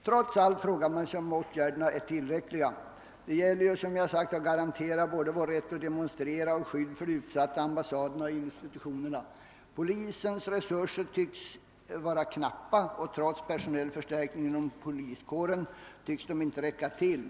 Trots allt frågar man sig om vidtagna åtgärder är tillräckliga. Det gäller, som jag redan sagt, att garantera både vår rätt att demonstrera och skyddet för de utsatta ambassaderna och institutionerna. Polisens resurser tycks vara knappa, och trots personell förstärkning av poliskåren förefaller den inte räcka till.